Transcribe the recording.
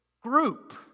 group